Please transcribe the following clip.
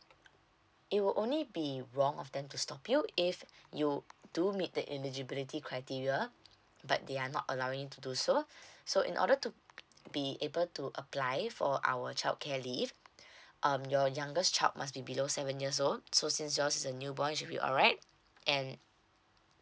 it will only be wrong often to stop you if you do meet the eligibility criteria but they are not allowing to do so so in order to be able to apply for our childcare leave um your youngest child must be below seven years old so since yours is a newborn should be alright and